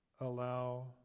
Allow